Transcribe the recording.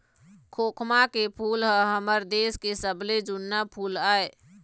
खोखमा के फूल ह हमर देश के सबले जुन्ना फूल आय